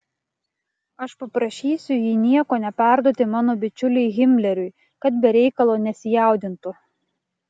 aš paprašysiu jį nieko neperduoti mano bičiuliui himleriui kad be reikalo nesijaudintų